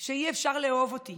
שאי-אפשר לאהוב אותי,